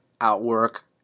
outwork